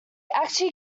actually